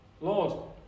Lord